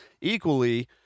Equally